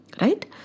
Right